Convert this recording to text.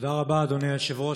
תודה רבה, אדוני היושב-ראש.